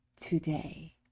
today